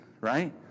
right